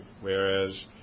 Whereas